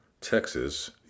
Texas